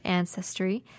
ancestry